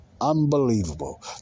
unbelievable